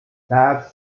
labs